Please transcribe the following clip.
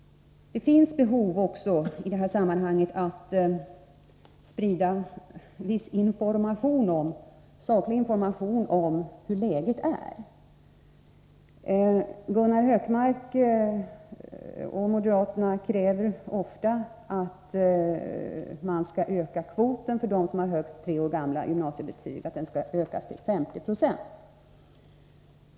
Det finns också i det här sammanhanget behov av att sprida viss saklig information om hur läget är. Gunnar Hökmark och moderaterna kräver ofta att kvoten för dem som har högst tre år gamla gymnasiebetyg skall ökas till 50 Ye.